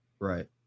right